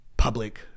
public